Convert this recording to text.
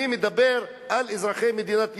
אני מדבר על אזרחי מדינת ישראל,